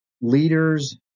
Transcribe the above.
leaders